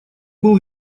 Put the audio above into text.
был